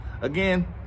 again